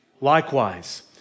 Likewise